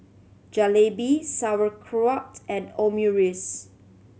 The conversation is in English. Jalebi Sauerkraut and Omurice